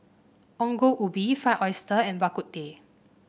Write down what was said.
Ongol Ubi Fried Oyster and Bak Kut Teh